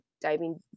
diving